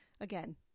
Again